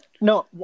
No